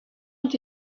ont